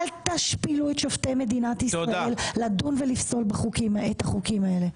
אל תשפילו את שופטי מדינת ישראל לדון ולפסול את החוקים האלה.